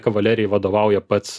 kavalerijai vadovauja pats